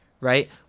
right